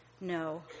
No